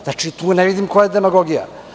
Znači, tu ne vidim koja je demagogija.